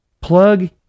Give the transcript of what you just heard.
Plug